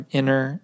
inner